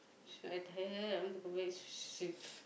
sh~ I tired I want to go back to sleep